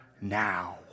now